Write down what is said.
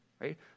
right